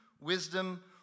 wisdom